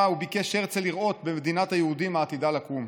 וביקש הרצל לראות במדינת היהודים העתידה לקום?